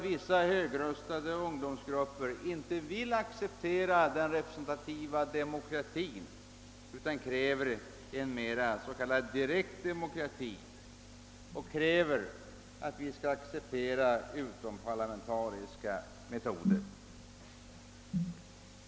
Vissa högröstade ungdomsgrupper vill inte acceptera den representativa demokratin utan kräver en s.k. direkt demokrati och accepterandet av utomparlamentariska metoder.